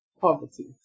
poverty